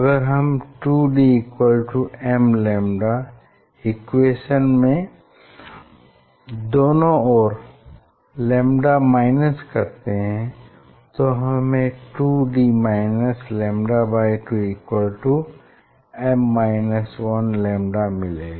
अगर हम 2d mλ equation में दोनों ओर से λ माईनस करते हैं तो हमें 2d λ2 λ मिलेगा